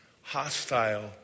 hostile